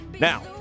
Now